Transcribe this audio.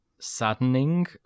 saddening